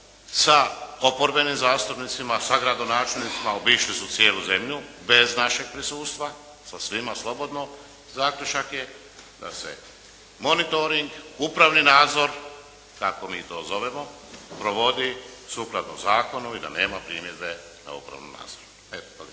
sa oporbenim zastupnicima, sa gradonačelnicima, obišli su cijelu zemlju bez našeg prisutstva sa svima slobodno. Zaključak je da se monitoring, upravni nadzor kako mi to zovemo, provodi sukladno zakonu i da nema primjedbe na upravni nadzor. Evo, toliko.